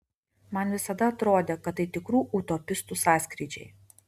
man visada atrodė kad tai tikrų utopistų sąskrydžiai